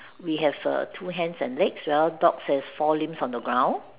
we have err two hands and legs well dogs have four limbs on the ground